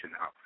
out